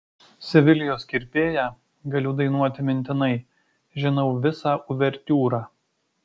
sevilijos kirpėją galiu dainuoti mintinai žinau visą uvertiūrą